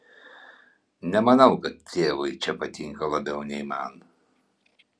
nemanau kad tėvui čia patinka labiau nei man